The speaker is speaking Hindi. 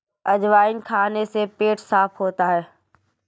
अजवाइन खाने से पेट साफ़ होता है